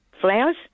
flowers